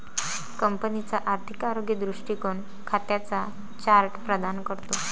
कंपनीचा आर्थिक आरोग्य दृष्टीकोन खात्यांचा चार्ट प्रदान करतो